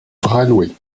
railway